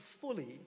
fully